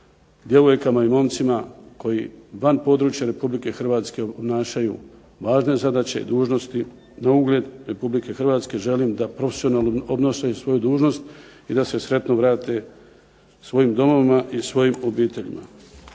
djevojkama i momcima koji van područja RH obnašaju važne zadaće i dužnosti na ugled RH želim da profesionalno obnašaju svoju dužnost i da se sretno vrate svojim domovima i svojim obiteljima.